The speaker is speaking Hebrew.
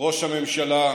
ראש הממשלה,